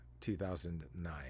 2009